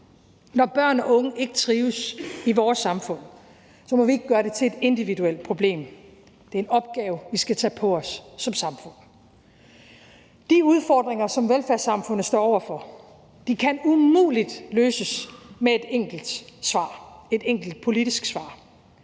Når børn og unge ikke trives i vores samfund, må vi ikke gøre det til et individuelt problem. Det er en opgave, vi skal tage på os som samfund. De udfordringer, som velfærdssamfundet står over for, kan umuligt løses med et enkelt politisk svar.